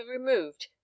removed